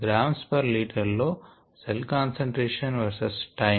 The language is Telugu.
గ్రాలీ లో సెల్ కాన్సంట్రేషన్ వెర్సస్ టైం